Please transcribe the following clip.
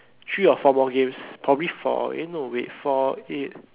three or four more games probably four eh no wait four eight